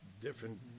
different